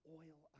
oil